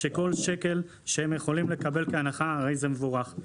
שכל שקל שהם יכולים לקבל כהנחה הרי זה מבורך,